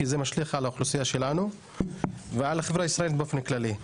כי זה משליך על האוכלוסייה שלנו ועל החברה הישראלית באופן כללי.